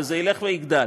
וזה ילך ויגדל.